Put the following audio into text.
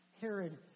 Herod